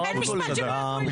אין משפט שהם נתנו לי לסיים.